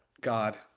God